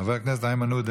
חבר הכנסת איימן עודה,